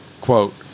quote